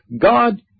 God